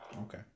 Okay